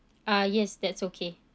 ah yes that's okay